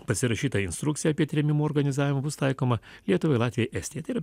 pasirašyta instrukcija apie trėmimų organizavimą bus taikoma lietuvai latvijai estijai tai yra